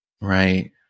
Right